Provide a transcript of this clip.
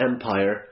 Empire